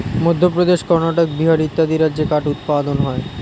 মধ্যপ্রদেশ, কর্ণাটক, বিহার ইত্যাদি রাজ্যে কাঠ উৎপাদন হয়